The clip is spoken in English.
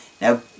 Now